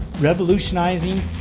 revolutionizing